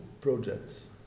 projects